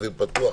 אוויר פתוח,